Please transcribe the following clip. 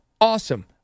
awesome